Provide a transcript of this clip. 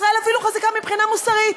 ישראל אפילו חזקה מבחינה מוסרית,